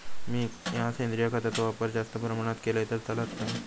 मीया सेंद्रिय खताचो वापर जास्त प्रमाणात केलय तर चलात काय?